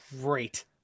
great